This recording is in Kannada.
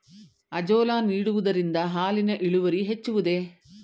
ಅಜೋಲಾ ನೀಡುವುದರಿಂದ ಹಾಲಿನ ಇಳುವರಿ ಹೆಚ್ಚುವುದೇ?